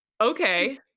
okay